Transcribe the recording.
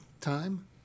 time